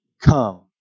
come